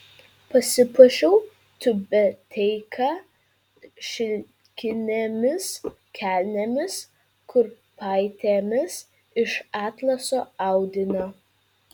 pasipuošiau tiubeteika šilkinėmis kelnėmis kurpaitėmis iš atlaso audinio